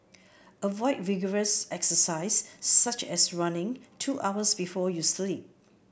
avoid vigorous exercise such as running two hours before you sleep